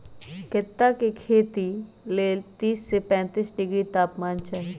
कैता के खेती लेल तीस से पैतिस डिग्री तापमान चाहि